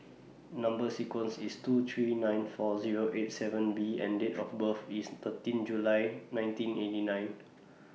Number sequence IS T two three nine four Zero eight seven B and Date of birth IS thirteen July nineteen eighty nine